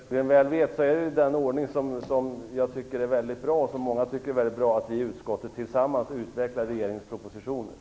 Fru talman! Som Annika Nordgren väl vet är det den ordningen som jag och många andra tycker är mycket bra, att vi i utskottet tillsammans utvecklar regeringens propositioner.